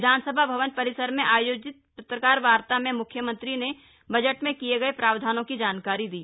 विधानसभा भवन परिसर में आयोजित पत्रकार वार्ता में मुख्यमंत्री ने बजट में किए गए प्रावधानों की जानकारी दी